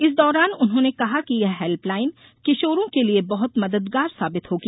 इस दौरान उन्होंने कहा कि यह हेल्पलाइन किशोरों के लिए बहुत मददगार साबित होगी